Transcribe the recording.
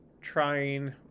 trying